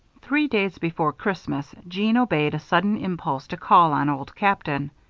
three days before christmas, jeanne obeyed a sudden impulse to call on old captain.